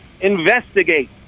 investigate